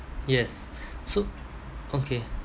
yes so okay